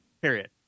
Period